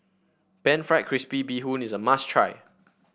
pan fried crispy Bee Hoon is a must try